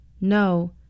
No